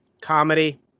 Comedy